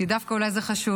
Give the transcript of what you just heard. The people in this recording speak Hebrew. כי אולי זה דווקא חשוב,